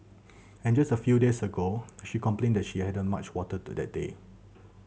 and just a few days ago she complained that she hadn't much water to that day